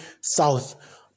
south